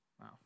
Wow